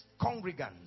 congregants